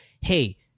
hey